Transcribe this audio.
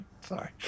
Sorry